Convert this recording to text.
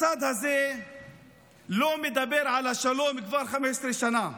הצד הזה לא מדבר על השלום כבר 15 שנה,